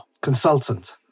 consultant